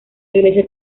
iglesia